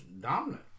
dominant